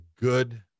good